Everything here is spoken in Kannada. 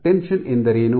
ಟೆನ್ಶನ್ ಎಂದರೇನು